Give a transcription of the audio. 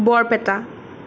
Barpeta